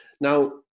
Now